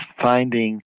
finding